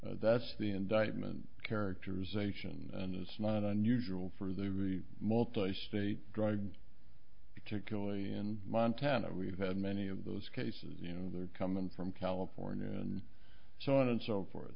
that's the indictment characterization and it's not unusual for the really multi state drug particularly in montana we've had many of those cases you know they're coming from california and so on and so forth